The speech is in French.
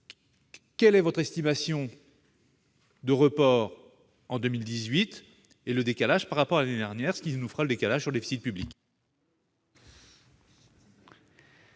quelle est votre estimation des reports en 2018, et le décalage par rapport à l'année dernière, ce qui nous donnera le décalage sur le déficit public ?